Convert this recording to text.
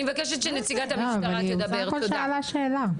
היא בסך הכול שאלה שאלה.